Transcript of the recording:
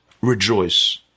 rejoice